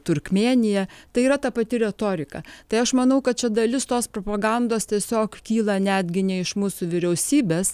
turkmėnija tai yra ta pati retorika tai aš manau kad čia dalis tos propagandos tiesiog kyla netgi ne iš mūsų vyriausybės